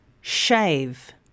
shave